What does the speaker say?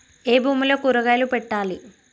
ఏ భూమిలో కూరగాయలు పెట్టాలి?